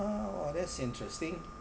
oh that's interesting